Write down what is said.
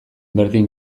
berdin